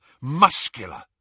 muscular